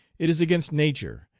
it is against nature,